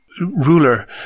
ruler